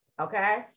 okay